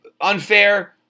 unfair